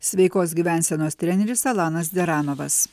sveikos gyvensenos treneris alanas deranovas